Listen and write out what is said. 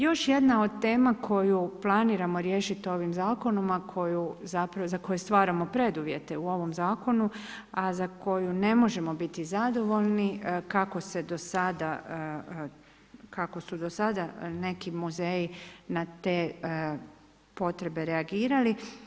Još jedna od tema koju planiramo riješit ovim zakonom, za koje stvaramo preduvjete u ovom zakonu, a za koju ne možemo biti zadovoljni, kako su do sada neki muzeji na te potrebe reagirali.